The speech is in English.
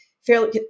fairly